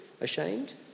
Ashamed